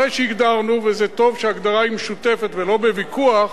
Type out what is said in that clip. אחרי שהגדרנו וטוב שההגדרה היא משותפת ולא בוויכוח,